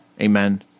Amen